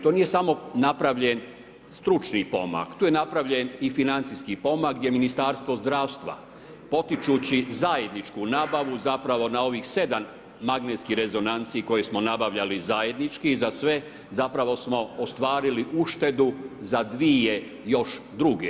To nije samo napravljen stručni pomak, tu je napravljen i financijski pomak gdje Ministarstvo zdravstva potičući zajedničku nabavu zapravo na ovih 7 magnetskih rezonanci koje smo nabavljali zajednički za sve zapravo smo ostvarili uštedu za dvije još druge.